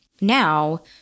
Now